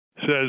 says